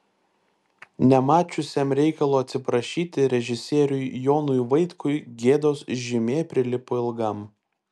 nemačiusiam reikalo atsiprašyti režisieriui jonui vaitkui gėdos žymė prilipo ilgam